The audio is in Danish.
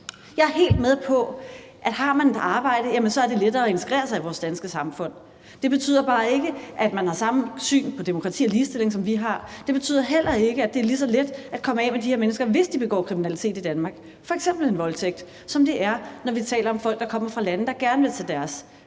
Jeg er helt med på, at har man et arbejde, er det lettere at integrere sig i vores danske samfund. Det betyder bare ikke, at man har samme syn på demokrati og ligestilling, som vi har. Det betyder heller ikke, at det er lige så let at komme af med de her mennesker, hvis de begår kriminalitet som f.eks. en voldtægt i Danmark, som det er, når vi taler om folk, der kommer fra lande, der gerne vil tage deres